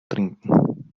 trinken